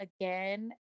again